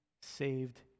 saved